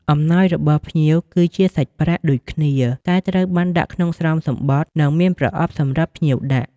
អំណោយរបស់ភ្ញៀវ គឺជាសាច់ប្រាក់ដូចគ្នា តែត្រូវបានដាក់ក្នុងស្រោមសំបុត្រ និងមានប្រអប់សម្រាប់ភ្ញៀវដាក់។